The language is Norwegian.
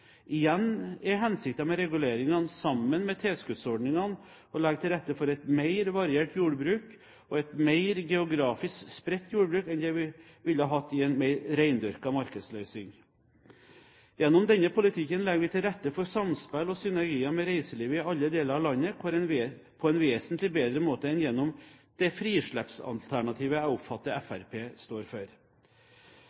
med reguleringene, sammen med tilskuddsordningene, å legge til rette for et mer variert jordbruk og et mer geografisk spredt jordbruk enn det vi ville ha hatt i en mer rendyrket markedsløsning. Gjennom denne politikken legger vi til rette for samspill og synergier med reiselivet i alle deler av landet på en vesentlig bedre måte enn gjennom det frislippsalternativet som jeg oppfatter